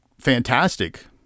fantastic